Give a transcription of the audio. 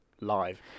live